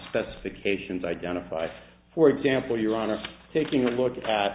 specifications identify for example your honor taking a look at